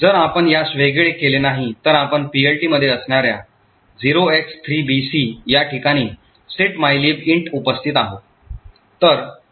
तर जर आपण यास वेगळे केले नाही तर आपण PLT मध्ये असणार्या 0x3BC या ठिकाणी set mylib int उपस्थित आहोत